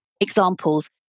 examples